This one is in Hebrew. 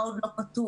מה עוד לא פתור?